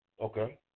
Okay